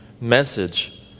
message